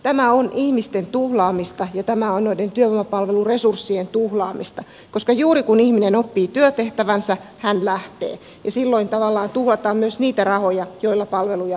tämä on ihmisten tuhlaamista ja tämä on noiden työvoimapalveluresurssien tuhlaamista koska juuri kun ihminen oppii työtehtävänsä hän lähtee ja silloin tavallaan tuhlataan myös niitä rahoja joilla palveluja pitäisi tehdä